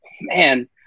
man